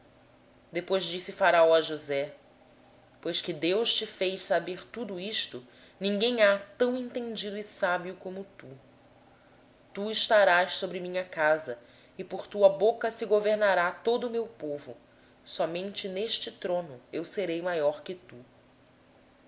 depois disse faraó a josé porquanto deus te fez saber tudo isto ninguém há tão entendido e sábio como tu tu estarás sobre a minha casa e por tua voz se governará todo o meu povo somente no trono eu serei maior que tu